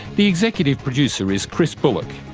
the executive producer is chris bullock,